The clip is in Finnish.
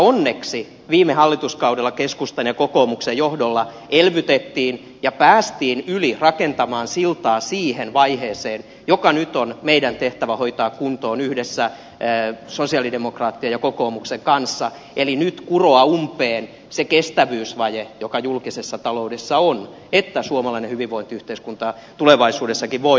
onneksi viime hallituskaudella keskustan ja kokoomuksen johdolla elvytettiin ja päästiin yli rakentamaan siltaa siihen vaiheeseen joka nyt on meidän tehtävämme yhdessä sosialidemokraattien ja kokoomuksen kanssa hoitaa kuntoon eli kuroa umpeen se kestävyysvaje joka julkisessa taloudessa on että suomalainen hyvinvointiyhteiskunta tulevaisuudessakin voi toimia